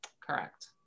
Correct